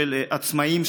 של עצמאים,